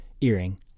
earring